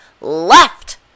left